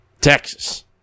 Texas